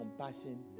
compassion